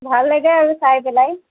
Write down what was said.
ভাল লাগে আৰু চাই পেলাই